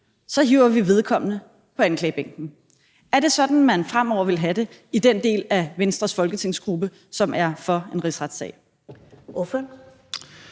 hiver vi vedkommende på anklagebænken? Er det sådan, man fremover vil have det i den del af Venstres folketingsgruppe, som er for en rigsretssag?